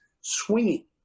swinging